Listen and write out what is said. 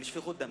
ולשפיכות דמים.